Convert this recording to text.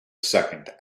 second